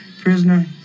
prisoner